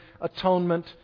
atonement